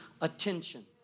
attention